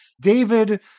David